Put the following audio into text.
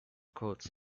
quotes